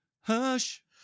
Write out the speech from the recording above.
hush